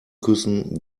küssen